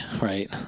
right